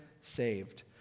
saved